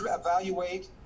evaluate